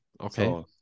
Okay